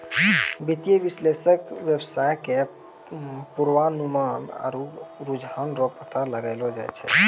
वित्तीय विश्लेषक वेवसाय के पूर्वानुमान आरु रुझान रो पता लगैलो जाय छै